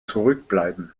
zurückbleiben